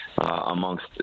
amongst